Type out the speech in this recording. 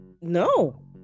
no